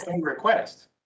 request